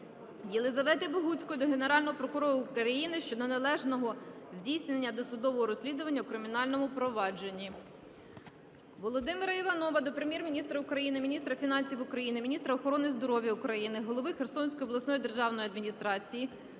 Єлізавети Богуцької до Генерального прокурора України щодо неналежного здійснення досудового розслідування у кримінальному провадженні. Володимира Іванова до Прем'єр-міністра України, міністра фінансів України, міністра охорони здоров'я України, голови Херсонської обласної державної адміністрації,